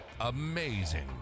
amazing